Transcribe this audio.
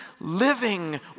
living